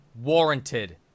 warranted